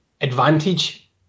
advantage